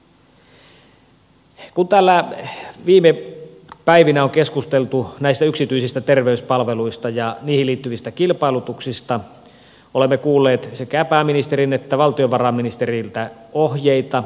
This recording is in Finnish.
kun täällä viime päivinä on keskusteltu yksityisistä terveyspalveluista ja niihin liittyvistä kilpailutuksista olemme kuulleet sekä pääministeriltä että valtiovarainministeriltä ohjeita